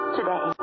Today